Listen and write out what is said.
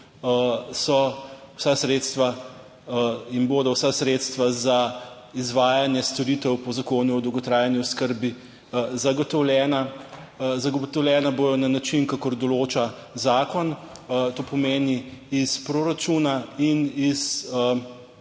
so vsa sredstva in bodo vsa sredstva za izvajanje storitev po Zakonu o dolgotrajni oskrbi zagotovljena. Zagotovljena bodo na način, kakor določa zakon, to pomeni iz proračuna in iz prispevka